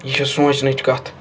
یہِ چھِ سونٛچنٕچ کَتھ